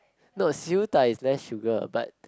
no siew dai is less sugar but